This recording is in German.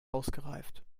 ausgereift